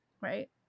right